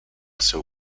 seu